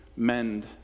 mend